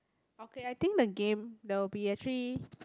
okay I think the game there will be actually